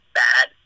bad